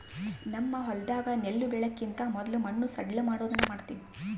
ನಮ್ಮ ಹೊಲದಾಗ ನೆಲ್ಲು ಬೆಳೆಕಿಂತ ಮೊದ್ಲು ಮಣ್ಣು ಸಡ್ಲಮಾಡೊದನ್ನ ಮಾಡ್ತವಿ